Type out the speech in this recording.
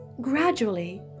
gradually